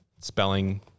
spelling